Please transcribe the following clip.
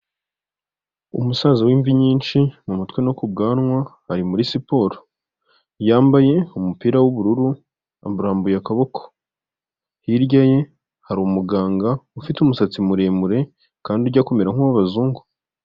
Umusaza w'imvi nyinshi mu mutwe no ku bwanwa ari muri siporo, yambaye umupira w'ubururu arambuye akaboko, hirya ye hari umuganga ufite umusatsi muremure kandi ujya kumera nk nk'uw'abazungu.